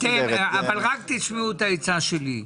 בסדר, אבל רק תשמעו את העצה שלי.